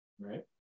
Right